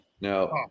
Now